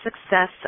success